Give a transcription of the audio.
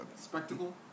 Spectacle